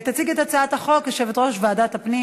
תציג את הצעת החוק יושבת-ראש ועדת הפנים